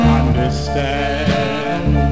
understand